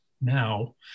Now